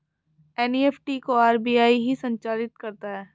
NEFT को RBI ही संचालित करता है